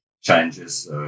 changes